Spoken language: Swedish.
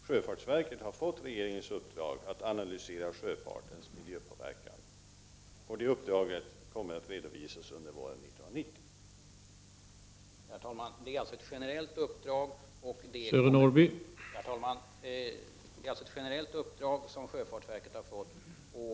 Sjöfartsverket har alltså fått regeringens uppdrag att analysera sjöfartens miljöpåverkan, och det uppdraget kommer att redovisas under våren 1990.